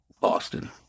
Boston